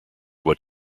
what